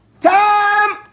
Time